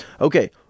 Okay